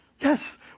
Yes